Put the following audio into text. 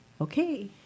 Okay